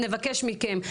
נבקש מכם,